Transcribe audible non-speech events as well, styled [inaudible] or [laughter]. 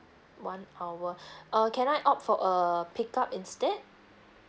one hour [breath] uh can I opt for a pick up instead